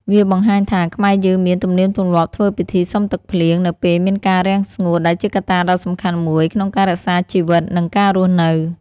វាបង្ហាញថា ខ្មែរយើងមានទំនៀមទម្លាប់ធ្វើពិធីសុំភ្លៀងនៅពេលមានការរាំងស្ងួត ដែលជាកត្តាដ៏សំខាន់មួយក្នុងការរក្សាជីវិត និងការរស់នៅ ។